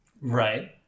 Right